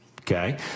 okay